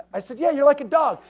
i said, yeah, you're like a dog.